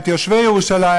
את יושבי ירושלים,